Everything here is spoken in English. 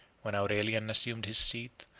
when aurelian assumed his seat,